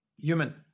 human